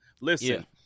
Listen –